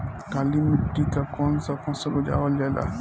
काली मिट्टी पर कौन सा फ़सल उगावल जाला?